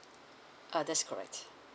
uh that's correct